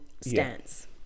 stance